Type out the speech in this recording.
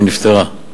היא נפטרה.